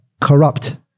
corrupt